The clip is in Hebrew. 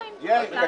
היא לא